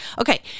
Okay